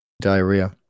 Diarrhea